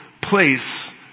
place